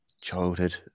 Childhood